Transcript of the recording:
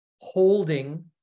holding